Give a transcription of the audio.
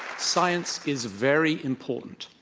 science is very important.